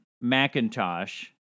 Macintosh